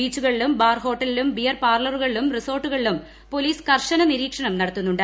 ബീച്ചുകളിലും bar ഹോട്ടലിലും beer പാർലറുകളിലും റിസോർട്ടുകളിലും പോലീസ് കർശന നിരീക്ഷണം നടത്തുന്നുണ്ട്